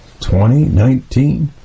2019